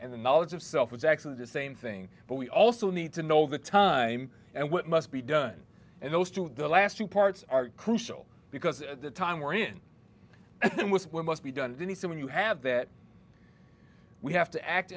and the knowledge of self is actually the same thing but we also need to know the time and what must be done in those two the last two parts are crucial because the time we're in with when must be done then he said when you have that we have to act